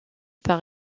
par